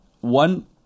one